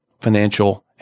financial